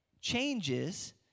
changes